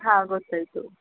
ಹಾಂ ಗೊತ್ತಾಯಿತು